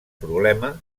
problema